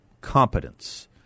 competence